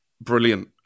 brilliant